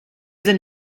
sind